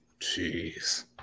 Jeez